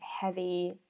heavy